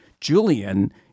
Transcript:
Julian